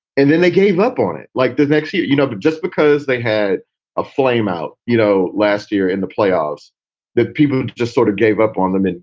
and then they gave up on it like the next year, you know, but just because they had a flame out, you know, last year in the playoffs that people would just sort of gave up on them.